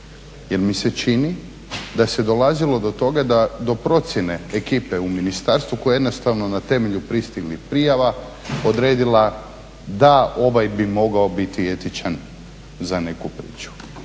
jer mi se čini da se dolazilo do toga da, do procjene ekipe u ministarstvu koje jednostavno na temelju pristiglih prijava odredila da ovaj bi mogao biti etičan za neku priču.